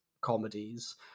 comedies